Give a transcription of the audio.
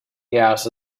gas